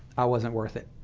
i wasn't worth it.